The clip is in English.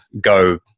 go